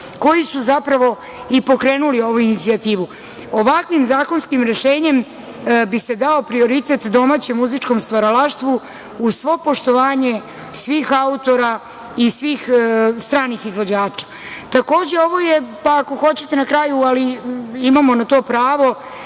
koji su zapravo i pokrenuli ovu inicijativu. Ovakvim zakonskim rešenjem bi se dao prioritet domaćem muzičkom stvaralaštvu uz svo poštovanje svih autora i svih stranih izvođača. Takođe, ovo je, ako hoćete na kraju, ali imamo na to pravo,